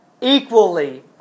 equally